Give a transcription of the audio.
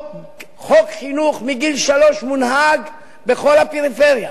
חוק חינוך מגיל שלוש מונהג בכל הפריפריה,